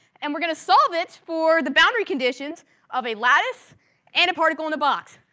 and we're gonna solve it for the boundary conditions of a lattice and a particle in the box.